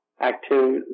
Active